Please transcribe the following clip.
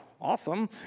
awesome